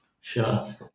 Sure